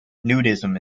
nudism